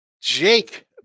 Jake